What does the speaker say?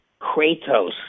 Kratos